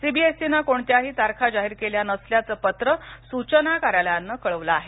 सीबीएसईनं कोणत्याही तारखा जाहीर केल्या नसल्याचं पत्र सूचना कार्यालयानं कळवलं आहे